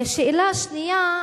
שאלה שנייה,